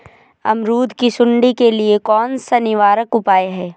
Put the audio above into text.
अमरूद की सुंडी के लिए कौन सा निवारक उपाय है?